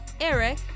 Eric